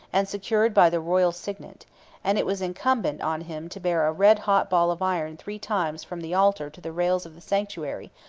and secured by the royal signet and it was incumbent on him to bear a red-hot ball of iron three times from the altar to the rails of the sanctuary,